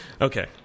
Okay